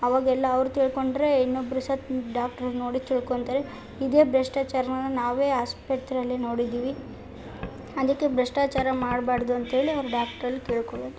ಆವಾಗೆಲ್ಲ ಅವ್ರು ತಿಳ್ಕೊಂಡರೆ ಇನ್ನೊಬ್ಬರು ಸಹ ಡಾಕ್ಟ್ರುನ್ನ ನೋಡಿ ತಿಳ್ಕೊಂತಾರೆ ಇದೇ ಭ್ರಷ್ಟಾಚಾರನ ನಾವೇ ಆಸ್ಪತ್ರೆಯಲ್ಲಿ ನೋಡಿದ್ವಿ ಅದಕ್ಕೆ ಭ್ರಷ್ಟಾಚಾರ ಮಾಡ್ಬಾರದು ಅಂತೇಳಿ ಅವರು ಡಾಕ್ಟ್ರಲ್ಲಿ ಕೇಳ್ಕೊಳ್ಳೋದು